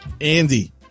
Andy